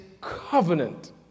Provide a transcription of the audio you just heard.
covenant